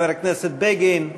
חבר הכנסת בגין.